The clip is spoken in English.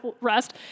rest